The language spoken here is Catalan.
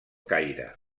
caire